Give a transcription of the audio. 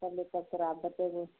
कहलिए तब तोहरा बतेबऽ